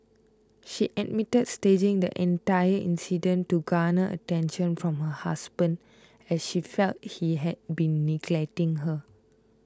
she admitted staging the entire incident to garner attention from her husband as she felt he had been neglecting her